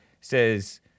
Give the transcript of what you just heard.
says